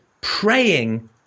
praying